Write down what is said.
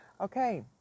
Okay